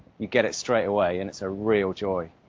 you get it straightaway, and it's a real joy.